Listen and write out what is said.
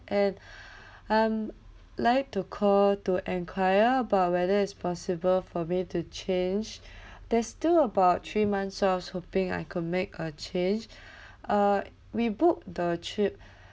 and um like to call to enquire about whether it's possible for me to change there's still about three months so I was hoping I could make a change uh we booked the trip